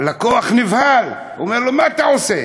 הלקוח נבהל, הוא אומר לו: מה אתה עושה?